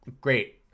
great